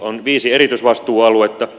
on viisi erityisvastuualuetta